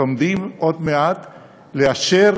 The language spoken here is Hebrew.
עומדים עוד מעט לאשר,